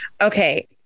Okay